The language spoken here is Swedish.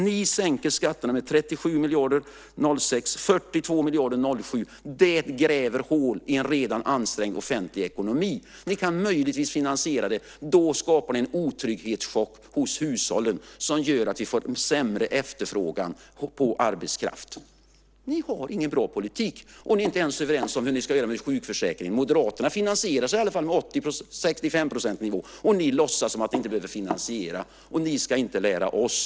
Ni sänker skatteintäkterna med 37 miljarder 2006 och 42 miljarder 2007. Det gräver hål i en redan ansträngd ekonomi. Om ni lyckas finansiera det skapar ni en otrygghetschock hos hushållen, som gör att vi får en sämre efterfrågan på arbetskraft. Ni har ingen bra politik, och ni är inte ens överens om hur ni ska göra med sjukförsäkringen. Moderaterna finansierar i alla fall på 65-procentsnivå, men ni låtsats som om ni inte behöver finansiera. Ni ska inte lära oss!